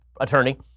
attorney